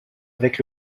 avec